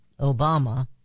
Obama